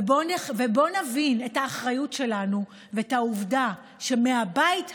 ובואו נבין את האחריות שלנו ואת העובדה שמהבית הזה,